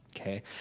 okay